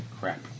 crap